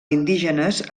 indígenes